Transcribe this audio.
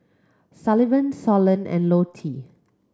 Sullivan Solon and Lottie